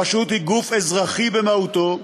הרשות היא גוף אזרחי במהותו.